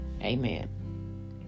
Amen